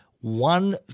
one